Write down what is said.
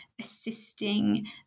assisting